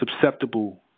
susceptible